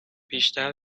بیشتر